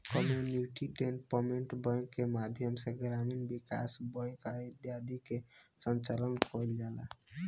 community development bank के माध्यम से ग्रामीण विकास बैंक आदि के संचालन कईल जाला